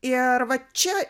ir va čia